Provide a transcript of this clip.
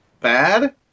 bad